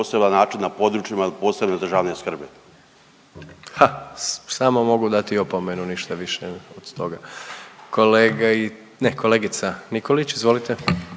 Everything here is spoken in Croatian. način na područjima od posebne državne skrbi. **Jandroković, Gordan (HDZ)** Ha, samo mogu dati opomenu, ništa više od toga. Kolega, ne, kolegica Nikolić, izvolite.